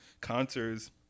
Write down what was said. concerts